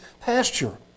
pasture